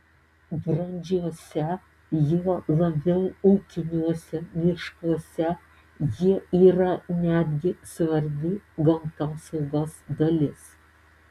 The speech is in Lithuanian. brandžiuose juo labiau ūkiniuose miškuose jie yra netgi svarbi gamtosaugos dalis